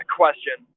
question